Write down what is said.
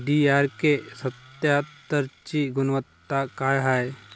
DRK सत्यात्तरची गुनवत्ता काय हाय?